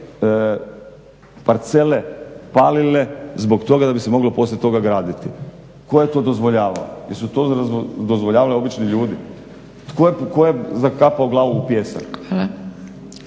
parcele palile zbog toga da bi se moglo poslije toga graditi. Tko je to dozvoljavao? Jesu to dozvoljavali obični ljudi? Tko je zakapao glavu u pijesak?